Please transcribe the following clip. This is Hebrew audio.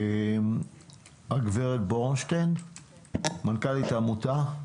הגברת בורשטיין, בבקשה.